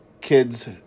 kids